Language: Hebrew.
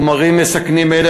חומרים מסכנים אלה,